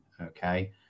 okay